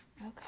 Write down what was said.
Okay